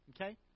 Okay